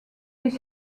des